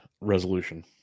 resolution